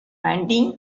panting